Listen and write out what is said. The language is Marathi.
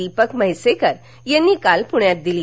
दीपक म्हैसेकर यांनी काल पृण्यात दिली